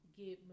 get